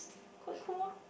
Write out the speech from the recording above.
quite cool orh